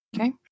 Okay